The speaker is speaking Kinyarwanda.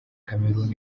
cameroun